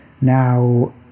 now